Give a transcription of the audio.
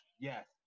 yes